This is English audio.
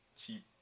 cheap